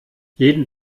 jeden